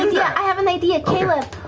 yeah i have an idea. caleb!